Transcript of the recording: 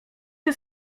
się